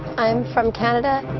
i'm from canada,